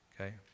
Okay